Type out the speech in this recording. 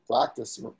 practice